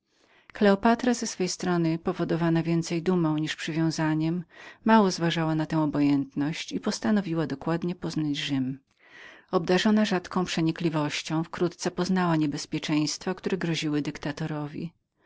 kleopatra ze swojej strony więcej powodowana dumą niżeli przywiązaniem mało uważała na tę obojętność i postanowiła dokładnie poznać rzym obdarzona rzadką przenikliwością wkrótce poznała niebezpieczeństwa które groziły dyktatorowi